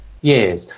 Yes